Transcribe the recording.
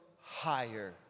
higher